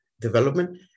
development